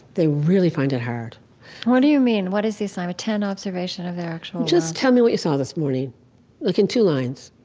they really find it hard what do you mean? what is the assignment? ten observations of their actual world? just tell me what you saw this morning like in two lines.